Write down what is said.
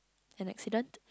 an accident